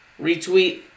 Retweet